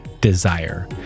desire